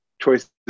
choices